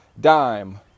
dime